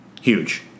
Huge